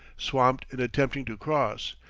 swamped in attempting to cross,